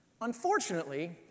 Unfortunately